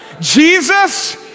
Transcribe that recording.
Jesus